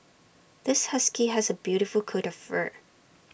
this husky has A beautiful coat of fur